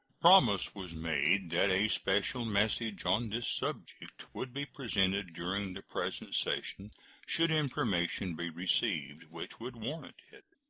promise was made that a special message on this subject would be presented during the present session should information be received which would warrant it.